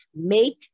Make